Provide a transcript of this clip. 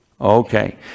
Okay